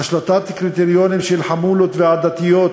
השלטת קריטריונים של חמולות ועדתיות